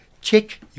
check